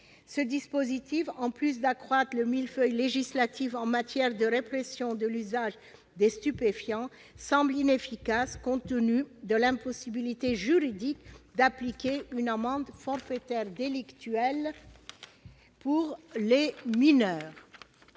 Ce dispositif, en plus d'accroître le millefeuille législatif en matière de répression de l'usage des stupéfiants, semble inefficace compte tenu de l'impossibilité juridique d'appliquer une amende forfaitaire délictuelle pour les mineurs.